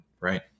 right